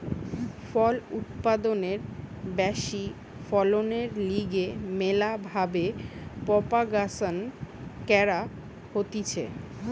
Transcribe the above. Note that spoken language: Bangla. ফল উৎপাদনের ব্যাশি ফলনের লিগে ম্যালা ভাবে প্রোপাগাসন ক্যরা হতিছে